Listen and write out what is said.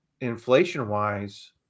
inflation-wise